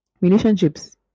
Relationships